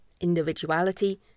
Individuality